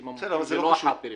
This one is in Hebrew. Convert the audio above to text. המומחים, לא החאפרים.